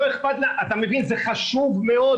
אתה מבין זה חשוב מאוד,